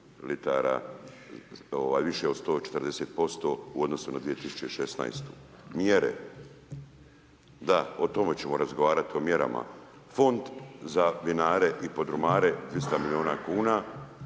litara više od 140% u odnosu na 2016. Mjere, da, o tome ćemo razgovarati o mjerama, fond za vinare i podrumare 200 milijuna kuna,